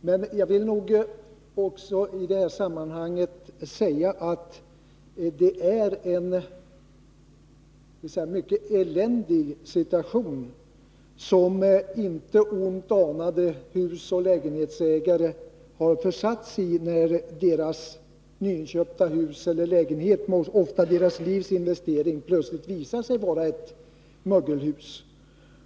Men jag vill nog också säga att det är en mycket eländig situation som intet ont anande husoch lägenhetsägare har försatt sig i, när deras nyinköpta hus eller lägenheter — ofta deras livs investering — plötsligt visar sig vara mögelhus.